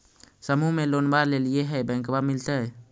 समुह मे लोनवा लेलिऐ है बैंकवा मिलतै?